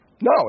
No